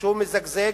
שהוא מזגזג,